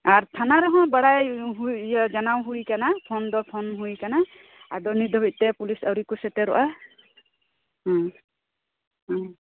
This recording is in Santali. ᱟᱨ ᱛᱷᱟᱱᱟ ᱨᱮᱦᱚᱸ ᱵᱟᱲᱟᱭ ᱚᱪᱚ ᱦᱩᱭ ᱡᱟᱱᱟᱣ ᱦᱩᱭᱟᱠᱟᱱᱟᱯᱷᱳᱱ ᱫᱚ ᱯᱷᱳᱱ ᱦᱩᱭ ᱠᱟᱱᱟ ᱟᱫᱚᱱᱤᱛ ᱫᱷᱟᱵᱤᱡ ᱛᱮ ᱯᱩᱞᱤᱥ ᱟᱣᱨᱤᱠᱚ ᱥᱮᱴᱮᱨᱚᱜᱼᱟ ᱦᱮᱸ ᱦᱮᱸ